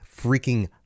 freaking